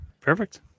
perfect